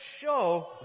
show